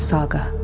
Saga